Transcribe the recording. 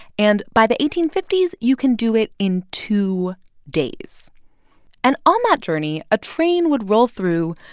and by the eighteen fifty s, you can do it in two days and on that journey, a train would roll through,